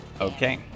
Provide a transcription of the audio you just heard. Okay